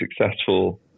successful